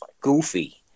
goofy